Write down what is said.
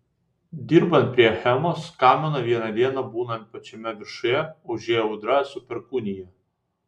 dirbant prie achemos kamino vieną dieną būnant pačiame viršuje užėjo audra su perkūnija